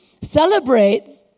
celebrate